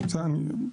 בסדר?